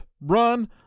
run